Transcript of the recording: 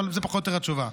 אבל זה פחות או יותר התשובה.